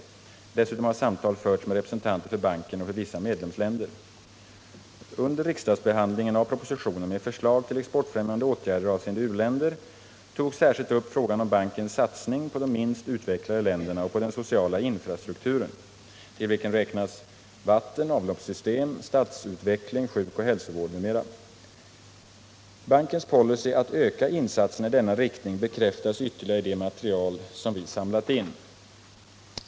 Dessutom har samtal förts med representanter för banken och för vissa medlemsländer. Under riksdagsbehandlingen av propositionen med förslag till exportfrämjande åtgärder avseende u-länder togs särskilt upp frågan om bankens satsning på de minst utvecklade länderna och på den sociala infrastrukturen, till vilken räknas vattenoch avloppssystem, stadsutveckling, sjukoch hälsovård m.m. Bankens policy att öka insatserna i denna riktning bekräftas ytterligare i det material som vi samlat in.